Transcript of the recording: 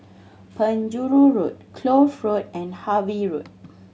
Penjuru Road Kloof Road and Harvey Road